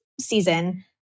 season